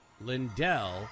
Lindell